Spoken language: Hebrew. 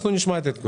נשמע את העדכון.